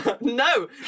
No